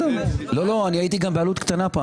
אני הייתי פעם גם בעלות קטנה.